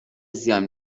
زیان